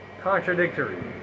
contradictory